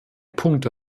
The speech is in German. punkte